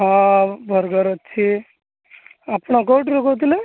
ହଁ ବର୍ଗର୍ ଅଛି ଆପଣ କୋଉଠୁରୁ କହୁଥିଲେ